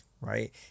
right